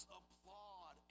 applaud